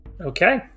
Okay